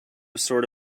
sort